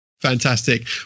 Fantastic